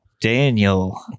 Daniel